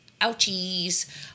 ouchies